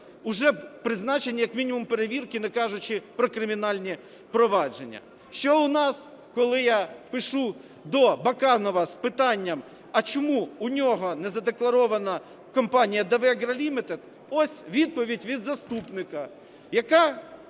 уже б призначені як мінімум перевірки, не кажучи про кримінальні провадження. Ще у нас, коли я пишу до Баканова з питанням, а чому в нього не задекларована компанія Davegra Limited, ось відповідь від заступника, яка